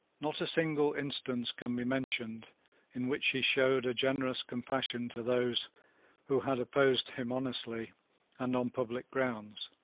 not a single instance can be mentioned in which he showed a generous compassion to those who had opposed him honestly and on public grounds.